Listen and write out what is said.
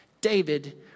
David